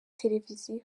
televiziyo